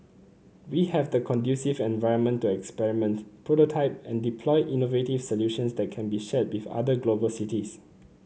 we have the conducive environment to experiment prototype and deploy innovative solutions that can be shared with other global cities